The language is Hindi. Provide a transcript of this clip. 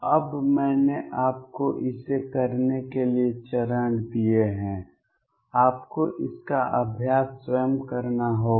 अब मैंने आपको इसे करने के लिए चरण दिए हैं आपको इसका अभ्यास स्वयं करना होगा